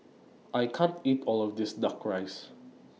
I can't eat All of This Duck Rice